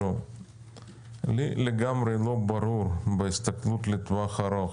לי לגמרי לא ברור, בהסתכלות לטווח ארוך,